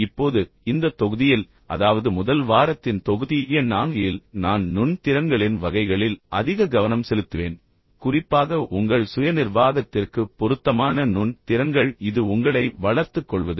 இப்போது இந்த தொகுதியில் அதாவது முதல் வாரத்தின் தொகுதி எண் 4 இல் நான் நுண் திறன்களின் வகைகளில் அதிக கவனம் செலுத்துவேன் குறிப்பாக உங்கள் சுய நிர்வாகத்திற்கு பொருத்தமான நுண் திறன்கள் இது உங்களை வளர்த்துக் கொள்வது